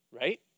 right